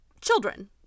children